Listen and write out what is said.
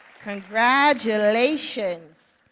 congratulations.